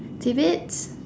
tidbits